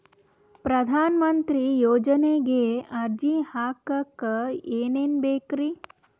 ಪ್ರಧಾನಮಂತ್ರಿ ಯೋಜನೆಗೆ ಅರ್ಜಿ ಹಾಕಕ್ ಏನೇನ್ ಬೇಕ್ರಿ?